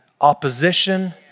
opposition